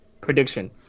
prediction